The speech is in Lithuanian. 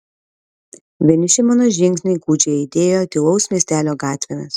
vieniši mano žingsniai gūdžiai aidėjo tylaus miestelio gatvėmis